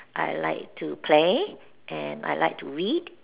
I like to play and I like to read